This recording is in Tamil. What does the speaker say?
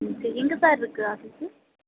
ம் சரி எங்கே சார் இருக்குது ஆஃபிஸ்ஸு